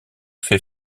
fait